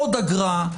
בעוד אגרה,